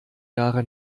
jahre